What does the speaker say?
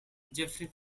geoffrey